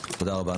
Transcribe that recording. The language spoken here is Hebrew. תודה רבה.